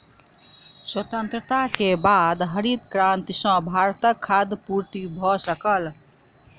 स्वतंत्रता के बाद हरित क्रांति सॅ भारतक खाद्य पूर्ति भ सकल